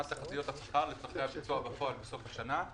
תחזיות השכר לפרטי הביצוע בפועל בסוף השנה.